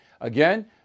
Again